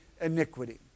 iniquity